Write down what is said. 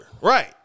Right